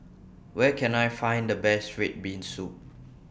Where Can I Find The Best Red Bean Soup